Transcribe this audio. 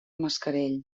mascarell